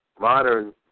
modern